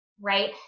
Right